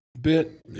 bit